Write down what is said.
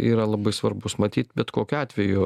yra labai svarbus matyt bet kokiu atveju